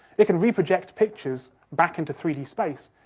it can re-project pictures back into three d space,